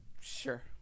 Sure